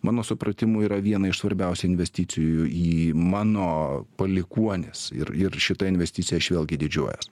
mano supratimu yra viena iš svarbiausių investicijų į mano palikuonis ir ir šita investicija aš vėlgi didžiuojuos